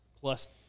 plus